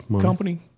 Company